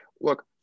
look